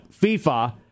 FIFA